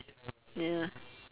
ya